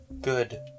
good